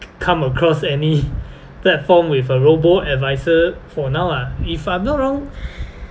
come across any platform with a robo-advisor for now lah if I'm not wrong